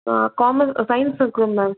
commerce science இருக்கும் ma'am